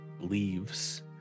leaves